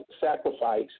sacrifice